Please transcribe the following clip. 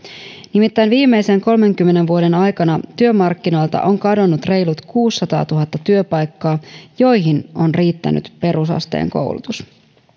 nimittäin viimeisen kolmenkymmenen vuoden aikana työmarkkinoilta on kadonnut reilut kuusisataatuhatta työpaikkaa joihin on riittänyt perusasteen koulutus